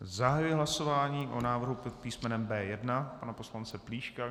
Zahajuji hlasování o návrhu pod písmenem B1 pana poslance Plíška.